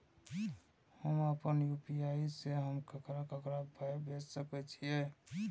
हम आपन यू.पी.आई से हम ककरा ककरा पाय भेज सकै छीयै?